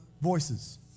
voices